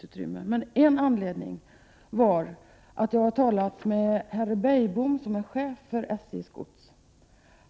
Anledningen till en av mina frågor är att jag har talat med herr Beijbom, som är chef för SJ:s gods.